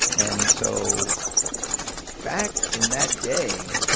and so back in that day,